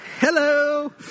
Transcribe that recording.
hello